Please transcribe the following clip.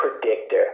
predictor